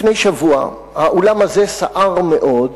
לפני שבוע האולם הזה סער מאוד,